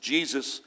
Jesus